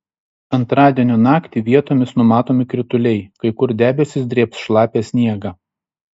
antradienio naktį vietomis numatomi krituliai kai kur debesys drėbs šlapią sniegą